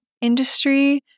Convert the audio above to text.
industry